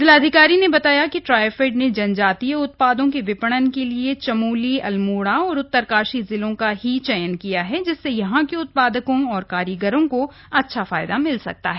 जिलाधिकारी ने बताया कि ट्राइफेड ने जनजातीय उत्पादों के विपणन के लिए चमोली अल्मोड़ा और उत्तरकाशी जिलों का ही चयन किया है जिससे यहां के उत्पादकों और कारीगरों को अच्छा फायदा मिल सकता है